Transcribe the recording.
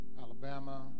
Alabama